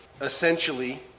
Essentially